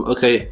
Okay